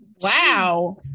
Wow